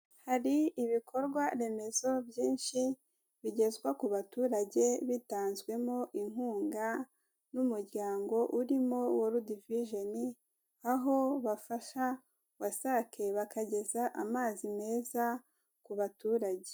Hari ibikorwa remezo byinshi bigezwa ku baturage bitanzwemo inkunga n'umuryango urimo Worudi vijoni aho bafasha Wasake bakageza amazi meza ku baturage.